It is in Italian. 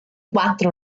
quattro